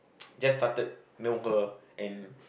just started know her and